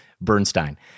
Bernstein